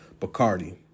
Bacardi